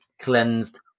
cleansed